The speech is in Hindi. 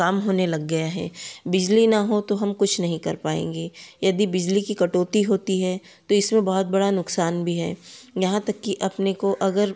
काम होने लग गया है बिजली न हो तो हम कुछ नहीं कर पाएँगे यदि बिजली की कटौती होती है तो इसमें बहुत बड़ा नुकसान भी है यहाँ तक कि अपने को अगर